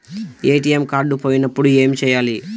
ATM card పోయినప్పుడు ఏమి చేయాలి?